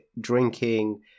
drinking